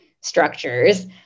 structures